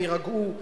הם יירגעו,